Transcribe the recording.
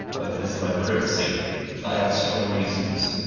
of this my privacy i have strong reasons.